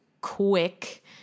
quick